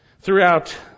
Throughout